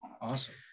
Awesome